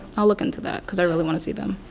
i'll look into that because i really want to see them.